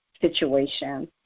situation